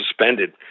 suspended